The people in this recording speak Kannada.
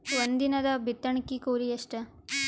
ಒಂದಿನದ ಬಿತ್ತಣಕಿ ಕೂಲಿ ಎಷ್ಟ?